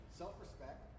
self-respect